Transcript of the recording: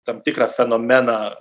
tam tikrą fenomeną